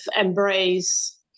embrace